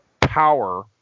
power